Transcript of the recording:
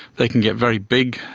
they can get very big,